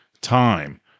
time